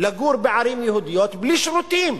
לגור בערים יהודיות בלי שירותים.